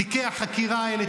תיקי החקירה האלה,